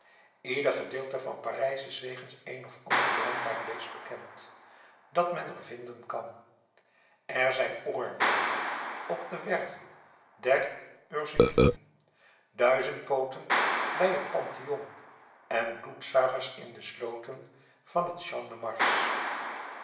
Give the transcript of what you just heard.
ieder gedeelte van parijs is wegens een of ander belangrijk beest bekend dat men er vinden kan er zijn oorwormen op de werven der ursulinen duizendpooten bij het pantheon en bloedzuigers in de slooten van het